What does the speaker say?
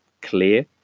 clear